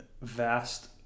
vast